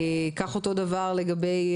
כך אותו הדבר גם לגבי,